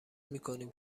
میکنیم